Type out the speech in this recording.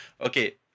okay